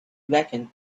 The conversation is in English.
blackened